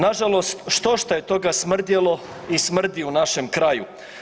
Na žalost štošta je toga smrdjelo i smrdi u našem kraju.